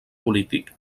polític